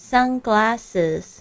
Sunglasses